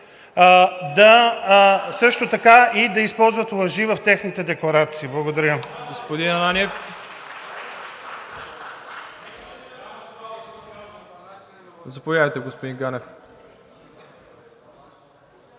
да използват лъжи в техните декларации. Благодаря.